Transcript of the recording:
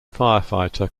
firefighter